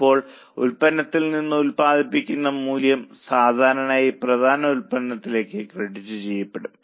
ഇപ്പോൾ ഉൽപന്നത്തിൽ നിന്ന് ഉത്പാദിപ്പിക്കുന്ന മൂല്യം സാധാരണയായി പ്രധാന ഉൽപ്പന്നത്തിലേക്ക് ക്രെഡിറ്റ് ചെയ്യപ്പെടും